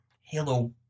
Halo